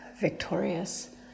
victorious